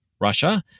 Russia